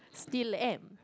still am